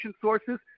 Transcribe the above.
sources